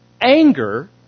anger